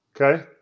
Okay